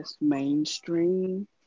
mainstream